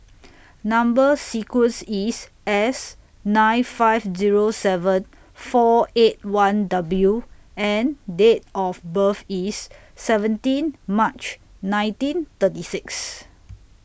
Number sequence IS S nine five Zero seven four eight one W and Date of birth IS seventeen March nineteen thirty six